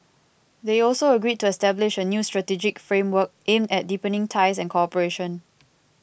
they also agreed to establish a new strategic framework aimed at deepening ties and cooperation